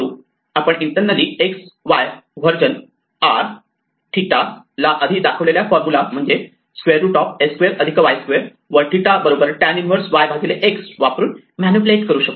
म्हणून आपण internally x y version r theta r 𝜭 ला आधी दाखवलेला फॉर्म्युला म्हणजेच √x2 y2 व 𝜭 tan 1 y x वापरून मॅनिप्युलेट करू शकतो